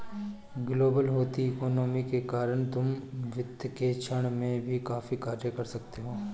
global होती economy के कारण तुम वित्त के क्षेत्र में भी काफी कार्य कर सकते हो